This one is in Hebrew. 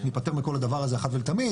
ניפטר מכל הדבר הזה אחת ולתמיד,